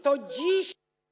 To dziś.